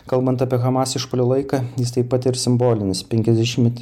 kalbant apie hamas išpuolių laiką jis taip pat ir simbolinis penkiasdešimtmetis